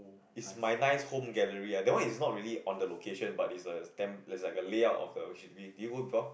is my nice home gallery that one is not really on the location but it's like a damn it's like a layout of the err do you go before